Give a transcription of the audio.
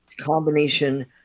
combination